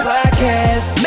Podcast